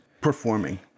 performing